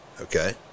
okay